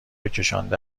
کشانده